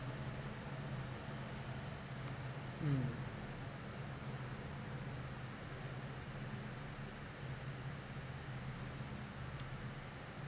mm